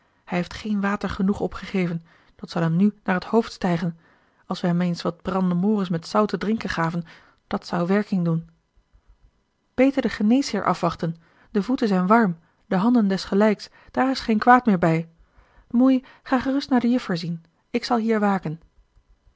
hij heeft geen water genoeg opgegeven dat zal hem nu naar het hoofd stijgen als we hem eens wat brandemoris met zout te drinken gaven dat zou werking doen beter den geneesmeester afwachten de voeten zijn warm de handen desgelijks daar is geen kwaad meer bij moei ga gerust naar de juffer zien ik zal hier waken